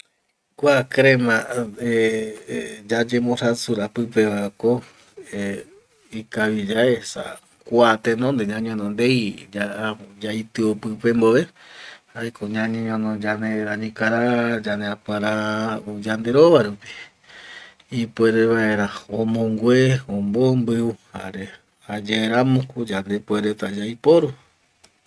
Kua krema eh yayemborrasura pipevako eh ikaviyae esa kua tenonde ñañono ndei yaitio pipe mbove jaeko ñañeñono yanderañikara, yandeapuara o yanderova rupi, ipuere vaera omongue omombiu jare jayaeramoko yandepuereta yaiporu